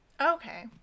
Okay